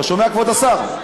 אתה שומע, כבוד השר?